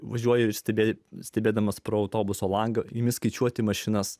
važiuoja ir stebi stebėdamas pro autobuso langą ėmė skaičiuoti mašinas